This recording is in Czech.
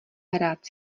hrát